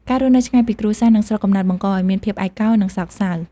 ការរស់នៅឆ្ងាយពីគ្រួសារ និងស្រុកកំណើតបង្កឲ្យមានអារម្មណ៍ឯកោ និងសោកសៅ។